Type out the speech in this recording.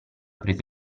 preso